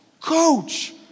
Coach